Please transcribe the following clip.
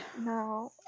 No